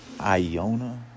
Iona